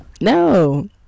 No